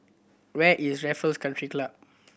where is Raffles Country Club